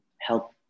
help